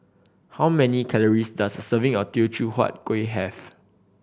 how many calories does a serving of Teochew Huat Kueh have